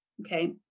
okay